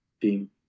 team